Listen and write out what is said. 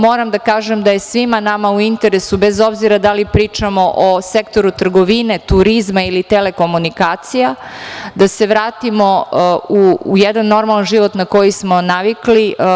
Moram da kažem da je svima nama u interesu, bez obzira da li pričamo o sektoru trgovine, turizma ili telekomunikacija, da se vratimo u jedan normalan život na koji smo navikli.